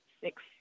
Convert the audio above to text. six